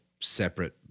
separate